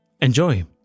Enjoy